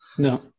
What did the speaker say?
No